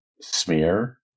smear